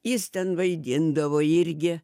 jis ten vaidindavo irgi